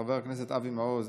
חבר הכנסת אבי מעוז,